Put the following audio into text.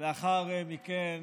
ולאחר מכן